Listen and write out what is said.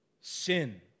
Sin